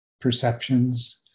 perceptions